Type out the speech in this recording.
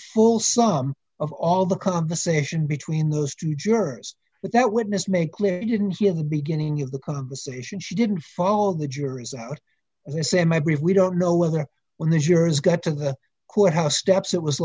full sum of all the conversation between those two jurors but that witness made clear you didn't hear the beginning of the conversation she didn't follow the jury's out and say maybe if we don't know whether when the jurors got to the courthouse steps it was